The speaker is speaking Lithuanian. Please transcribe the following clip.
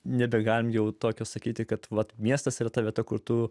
nebegalime jau tokio sakyti kad miestas yra ta vieta kur tu